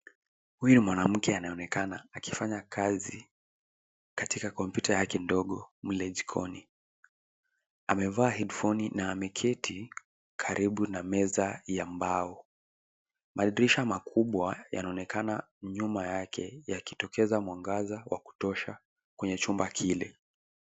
Huyu mwanamke anaonekana akifanya kazi katika kompyuta yake ndogo mle jikoni. Amevaa (cs) headphone(cs) na ameketi karibu na meza ya mbao. Madirisha makubwa yanaonekana nyuma yake yakitokeza mwangaza wa kutosha kwenye chumba kile.